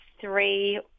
three